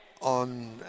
on